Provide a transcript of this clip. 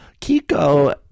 Kiko